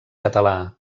català